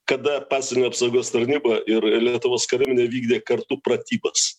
kada pasienio apsaugos tarnyba ir lietuvos kariuomenė vykdė kartu pratybas